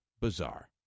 bizarre